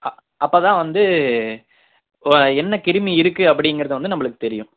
அ அப்போ தான் வந்து வ என்ன கிருமி இருக்கு அப்படிங்கிறது வந்து நம்மளுக்கு தெரியும்